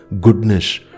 goodness